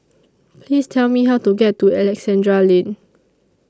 Please Tell Me How to get to Alexandra Lane